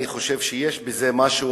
אני חושב שיש בזה משהו,